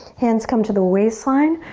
hands come to the waistline.